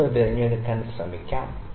3 തിരഞ്ഞെടുക്കാൻ ശ്രമിക്കാം